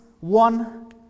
One